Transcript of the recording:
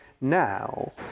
Now